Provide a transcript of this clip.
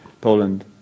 Poland